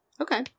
Okay